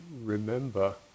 remember